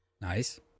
Nice